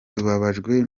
tubabajwe